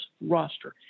roster